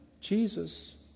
Jesus